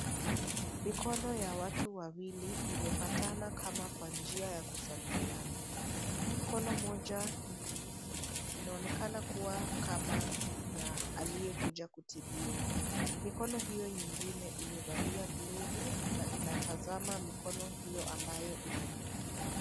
Mikono ya watu wawili imepatana kama kwa njia ya kusalimiana, mkono mmoja ni nyeusi inaonekana kuwa kama ya aliyekuja kutibiwa. Mikono hiyo nyingine imevalia glovu na inatazama mikono hiyo ambayo ina vidonda.